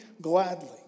gladly